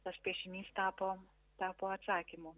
tas piešinys tapo tapo atsakymu